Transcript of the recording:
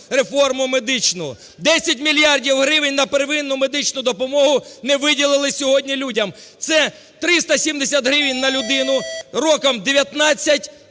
мільярдів гривень на первинну медичну допомогу не виділили сьогодні людям. Це 370 гривень на людину роком 1938 років.